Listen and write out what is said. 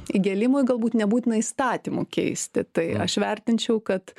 įgėlimui galbūt nebūtina įstatymų keisti tai aš vertinčiau kad